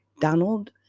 Donald